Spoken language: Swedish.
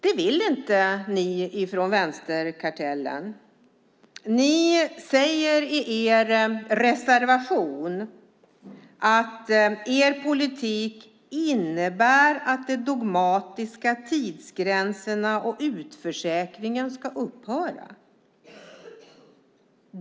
Det vill inte ni från vänsterkartellen. Ni säger i er reservation att er politik innebär att de dogmatiska tidsgränserna och utförsäkringen ska upphöra.